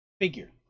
figure